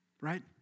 Right